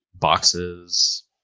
Boxes